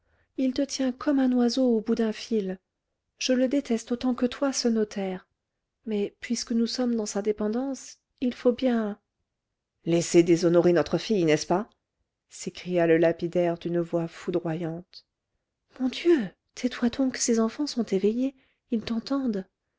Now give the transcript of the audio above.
il te tient comme un oiseau au bout d'un fil je le déteste autant que toi ce notaire mais puisque nous sommes dans sa dépendance il faut bien laisser déshonorer notre fille n'est-ce pas s'écria le lapidaire d'une voix foudroyante mon dieu tais-toi donc ces enfants sont éveillés ils t'entendent